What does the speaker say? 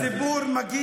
את רשומה לרשות דיבור,